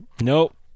Nope